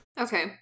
Okay